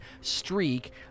streak